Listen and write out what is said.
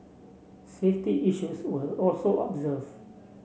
safety issues were also observed